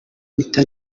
mpita